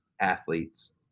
athletes